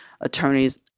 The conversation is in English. attorneys